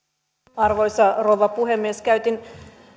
arvoisa rouva puhemies käytin